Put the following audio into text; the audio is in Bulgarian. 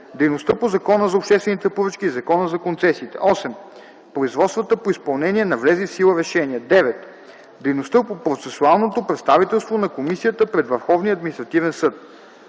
Дейността по Закона за обществените поръчки и Закона за концесиите. 8. Производствата по изпълнение на влезли в сила решения. 9. Дейността по процесуалното представителство на Комисията пред Върховния административен съд.